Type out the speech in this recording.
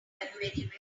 anyway